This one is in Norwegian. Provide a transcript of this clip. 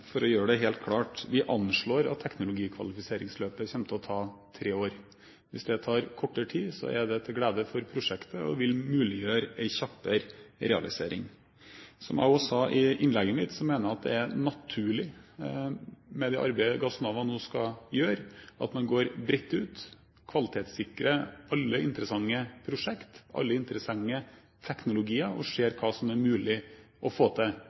For å gjøre det helt klart: Vi anslår at teknologikvalifiseringsløpet kommer til å ta tre år. Hvis det tar kortere tid, så er det til glede for prosjektet og vil muliggjøre en kjappere realisering. Som jeg også sa i innlegget mitt, mener jeg det er naturlig – med det arbeidet Gassnova nå skal gjøre – at man går bredt ut, kvalitetssikrer alle interessante prosjekter, alle interessante teknologier, og ser hva som er mulig å få til.